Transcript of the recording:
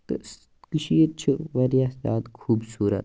تہٕ سٔہ کٔشیٖرِ چھِ واریاہ زیادٕ خوٗبصوٗرَت